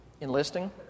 enlisting